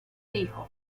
dijo